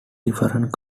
different